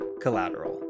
Collateral